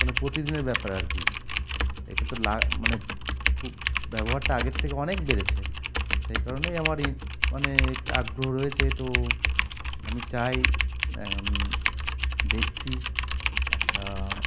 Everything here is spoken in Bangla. কোনো প্রতিদিনের ব্যাপার আর কি এটা তো লা মানে খুব ব্যবহারটা আগের থেকে অনেক বেড়েছে সেই কারণেই আমার মানে এক আগ্রহ রয়েছে তো আমি চাই এখন দেখছি একটা